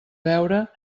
veure